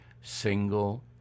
single